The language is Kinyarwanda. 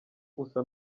usa